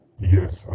Yes